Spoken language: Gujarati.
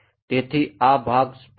તેથી આ ભાગ સ્પષ્ટ છે